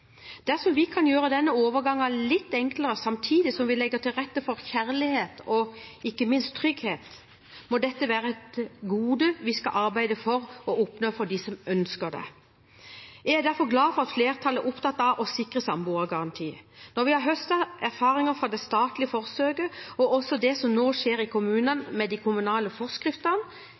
Dersom vi kan gjøre denne overgangen litt enklere, samtidig som vi legger til rette for kjærlighet og ikke minst trygghet, må dette være et gode vi skal arbeide for å oppnå for dem som ønsker det. Jeg er derfor glad for at flertallet er opptatt av å sikre samboergaranti. Når vi har høstet erfaringer fra det statlige forsøket og fra det som skjer i kommunene med de kommunale forskriftene,